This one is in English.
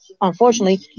unfortunately